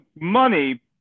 money